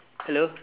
hello